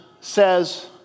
says